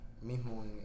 mismo